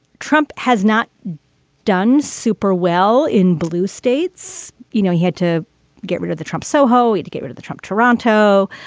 trump has not done super well in blue states. you know, he had to get rid of the trump soho to get rid of the trump toronto.